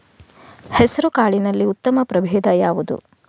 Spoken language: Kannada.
ಹೆಸರುಕಾಳಿನಲ್ಲಿ ಉತ್ತಮ ಪ್ರಭೇಧ ಯಾವುದು?